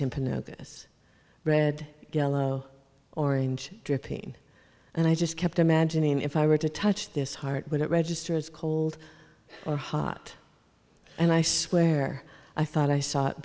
timpani this red yellow orange dripping and i just kept imagining if i were to touch this heart would it registers cold or hot and i swear i thought i saw